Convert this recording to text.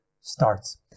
starts